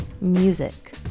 Music